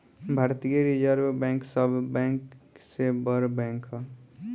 भारतीय reserve bank सब bank से बड़ बैंक ह